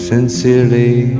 Sincerely